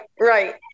right